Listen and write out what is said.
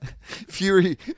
Fury